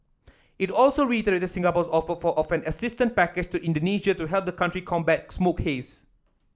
it also reiterated Singapore's offer of an assistance package to Indonesia to help the country combat smoke haze